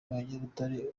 abanyabutare